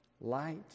light